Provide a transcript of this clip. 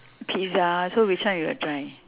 pizza so which one you will try